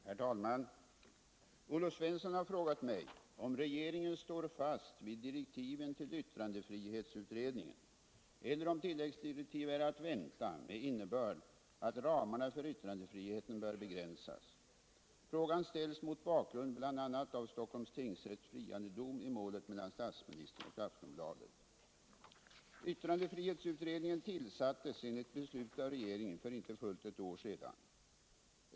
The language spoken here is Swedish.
Herr talman! Olle Svensson har frågat mig om regeringen står fast vid direktiven till yttrandefrihetsutredningen eller om tilläggsdirektiv är att vänta med innebörd att ramarna för yttrandefriheten bör begränsas. Frågan ställs mot bakgrund bl.a. av Stockholms tingsrätts friande dom i målet mellan statsministern och Aftonbladet. Yttrandefrihetsutredningen tillsattes enligt beslut av regeringen för inte fullt ett år sedan.